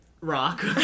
Rock